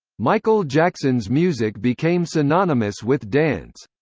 michael jackson's music became synonymous with dance.